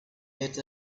lit